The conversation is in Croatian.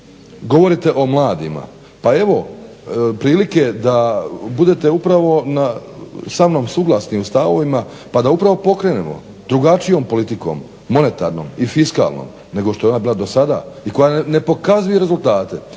govorite o mladima, pa evo prilike da budete upravo sa mnom suglasni u stavovima pa da upravo pokrenemo drugačijom politikom monetarnom i fiskalnom nego što je ona bila do sada i koja ne pokazuje rezultate.